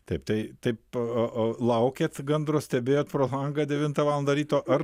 taip tai taip laukėt gandro stebėjot pro langą devintą valandą ryto ar